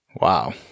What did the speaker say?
Wow